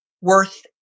worth